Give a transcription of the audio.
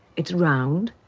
it's round.